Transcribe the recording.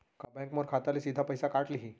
का बैंक मोर खाता ले सीधा पइसा काट लिही?